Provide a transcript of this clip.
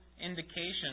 indication